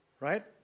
right